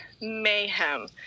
mayhem